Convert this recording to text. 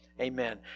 Amen